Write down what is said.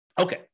Okay